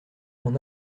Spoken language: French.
mon